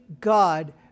God